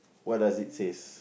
what does it says